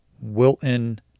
Wilton